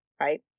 right